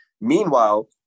Meanwhile